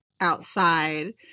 outside